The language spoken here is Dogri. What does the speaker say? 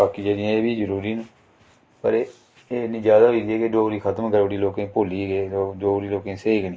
बाकी जेह्ड़ी ऐ बी जरूरी न पर एह् एह् इन्नी ज्यादा होई गेदी ऐ कि डोगरी खतम करु उड़ी लोकें भुल्ली गे लोक डोगरी लोकें गी सेही गै नि